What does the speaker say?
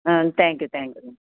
ah thank you thank you ma'am